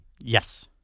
Yes